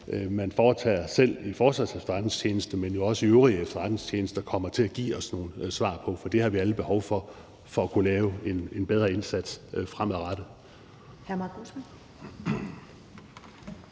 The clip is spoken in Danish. man foretager selv i Forsvarets Efterretningstjeneste, men jo også dem, man foretager i de øvrige efterretningstjenester, kommer til at give os nogle svar på det, for det har vi alle behov for for at kunne gøre en bedre indsats fremadrettet.